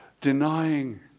denying